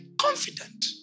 confident